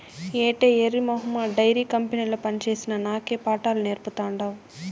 ఏటే ఎర్రి మొహమా డైరీ కంపెనీల పనిచేసిన నాకే పాఠాలు నేర్పతాండావ్